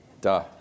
duh